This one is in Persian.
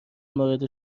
مورد